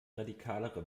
radikalere